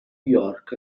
york